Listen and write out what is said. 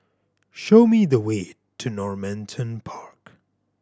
show me the way to Normanton Park